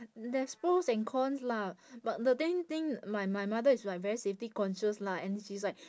there's pros and cons lah but the main thing my my mother is like very safety conscious lah and she's like